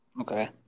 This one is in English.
Okay